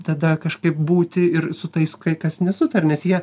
tada kažkaip būti ir su tais kas nesutaria nes jie